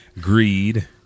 greed